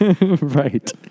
Right